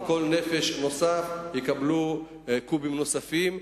ועל כל נפש נוספת יקבלו כמויות נוספות,